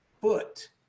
foot